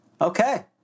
Okay